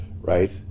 right